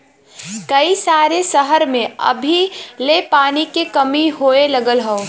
कई सारे सहर में अभी ले पानी के कमी होए लगल हौ